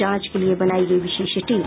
जांच के लिये बनायी गयी विशेष टीम